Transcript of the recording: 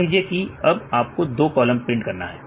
मान लीजिए कि अब अब आपको दो कॉलम प्रिंट करना है